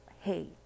hey